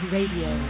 Radio